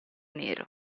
nero